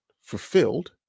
fulfilled